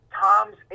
Tom's